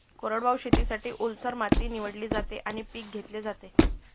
कोरडवाहू शेतीसाठी, ओलसर माती निवडली जाते आणि पीक घेतले जाते